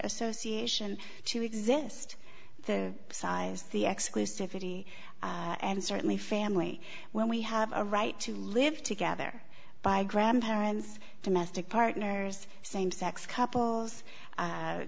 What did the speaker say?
association to exist the size the exclusivity and certainly family when we have a right to live together by grandparents domestic partners same sex couples